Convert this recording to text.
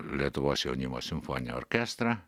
lietuvos jaunimo simfoninį orkestrą